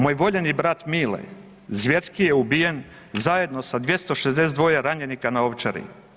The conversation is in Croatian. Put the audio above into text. Moj voljeni brat Mile zvjerski je ubijen zajedno sa 262 ranjenika na Ovčari.